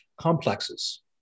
complexes